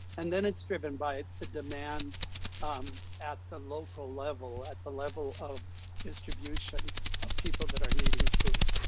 and then it's driven by the demand um at the local level, at the level of distribution of people that are needing food.